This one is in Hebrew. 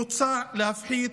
מוצע להפחית